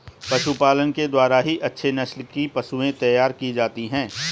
पशुपालन के द्वारा ही अच्छे नस्ल की पशुएं तैयार की जाती है